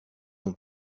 ont